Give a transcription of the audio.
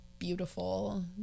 Beautiful